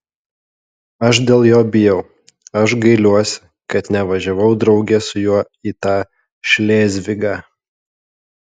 aš dėl jo bijau aš gailiuosi kad nevažiavau drauge su juo į tą šlėzvigą